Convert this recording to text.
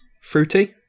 Fruity